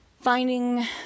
finding